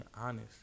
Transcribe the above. honest